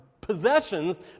possessions